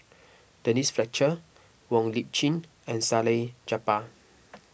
Denise Fletcher Wong Lip Chin and Salleh Japar